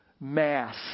Mass